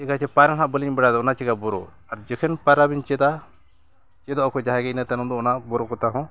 ᱪᱮᱠᱟᱹ ᱡᱮ ᱯᱟᱭᱨᱟ ᱦᱟᱸᱜ ᱵᱟᱹᱞᱤᱧ ᱵᱟᱲᱟᱭ ᱫᱚ ᱚᱱᱟ ᱪᱤᱠᱟᱹ ᱵᱚᱨᱚ ᱟᱨ ᱡᱚᱠᱷᱚᱱ ᱯᱟᱭᱨᱟᱵᱤᱱ ᱪᱮᱫᱟ ᱪᱮᱫᱚᱜ ᱚᱠᱚᱭ ᱡᱟᱦᱟᱸᱭ ᱜᱮ ᱤᱱᱟᱹ ᱛᱟᱭᱱᱚᱢ ᱫᱚ ᱚᱱᱟ ᱵᱚᱨᱚ ᱠᱚᱛᱟ ᱦᱚᱸ